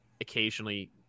occasionally